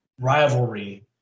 rivalry